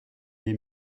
des